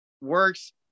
Works